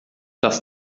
das